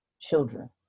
children